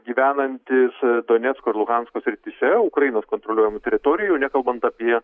gyvenantys donecko ir luhansko srityse ukrainos kontroliuojamų teritorijų nekalbant apie